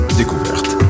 découverte